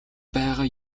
байгаа